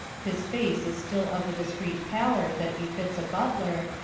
his face is still of the discreet pallor that befits a butler,